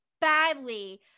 badly